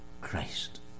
Christ